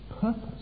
purpose